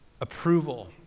approval